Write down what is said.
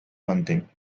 hunting